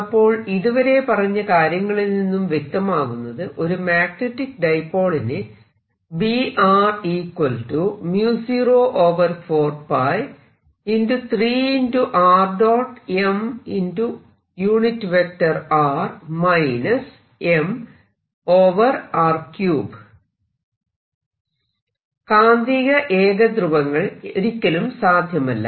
അപ്പോൾ ഇതുവരെ പറഞ്ഞ കാര്യങ്ങളിൽ നിന്നും വ്യക്തമാകുന്നത് ഒരു മാഗ്നെറ്റിക് ഡൈപോളിന് കാന്തിക ഏകധ്രുവങ്ങൾ ഒരിക്കലും സാധ്യമല്ല